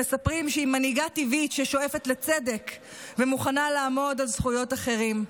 שמספרים שהיא מנהיגת טבעית ששואפת לצדק ומוכנה לעמוד על זכויות אחרים.